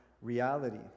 reality